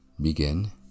Begin